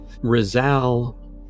Rizal